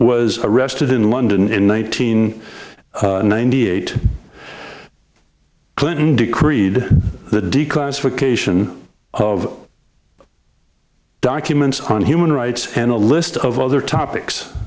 was arrested in london in one nine hundred ninety eight clinton decreed the declassification of documents on human rights and a list of other topics